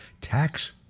tax